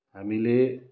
हामीले